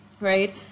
right